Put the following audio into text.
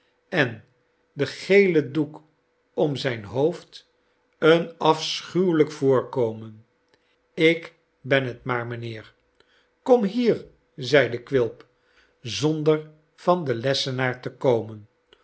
en den gelen doek om zijn hoofd een afschuwehjk voorkomen ik ben het maar mynheer kom hier zeide quilp zonder van den lessenaar te komen